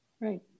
Right